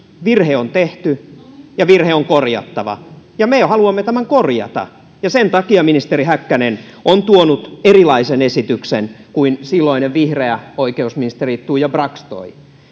virhe on tehty ja virhe on korjattava ja me haluamme tämän korjata sen takia ministeri häkkänen on tuonut erilaisen esityksen kuin silloinen vihreä oikeusministeri tuija brax toi